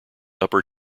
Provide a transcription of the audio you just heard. upper